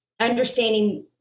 understanding